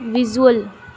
visual